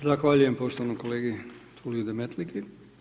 Zahvaljujem poštovanom kolegi Tuliju Demetlika.